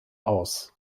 aus